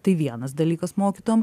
tai vienas dalykas mokytojam